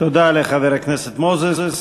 תודה לחבר הכנסת מוזס.